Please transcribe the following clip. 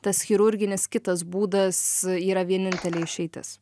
tas chirurginis kitas būdas yra vienintelė išeitis